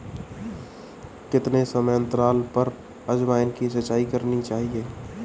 कितने समयांतराल पर अजवायन की सिंचाई करनी चाहिए?